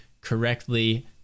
correctly